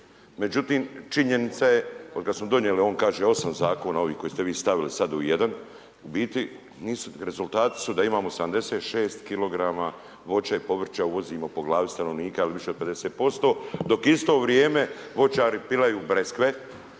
Međutim, činjenica je od kad smo donijeli, on kaže 8 zakona ovih koje ste vi stavili sad u jedan, u biti rezultati su da imamo 76 kg voća i povrća uvozimo po glavi stanovnika ili više od 50%, dok u isto vrijeme voćari pilaju breske,